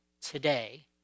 today